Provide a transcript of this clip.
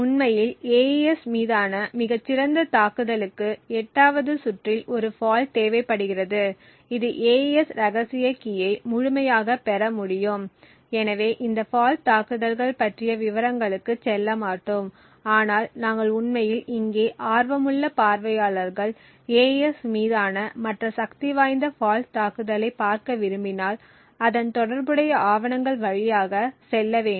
உண்மையில் AES மீதான மிகச்சிறந்த தாக்குதலுக்கு 8 வது சுற்றில் ஒரு ஃபால்ட் தேவைப்படுகிறது இது AES ரகசிய கீயை முழுமையாகப் பெற முடியும் எனவே இந்த ஃபால்ட் தாக்குதல்கள் பற்றிய விவரங்களுக்கு செல்ல மாட்டோம் ஆனால் நாங்கள் உண்மையில் இங்கே ஆர்வமுள்ள பார்வையாளர்கள் AES மீதான மற்ற சக்திவாய்ந்த ஃபால்ட் தாக்குதல்களைப் பார்க்க விரும்பினால் அதன் தொடர்புடைய ஆவணங்கள் வழியாக செல்ல வேண்டும்